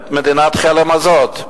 את מדינת חלם הזאת?